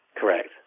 Correct